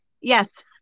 yes